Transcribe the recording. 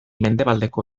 mendebaldeko